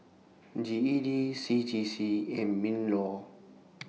G E D C J C and MINLAW